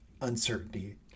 uncertainty